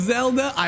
Zelda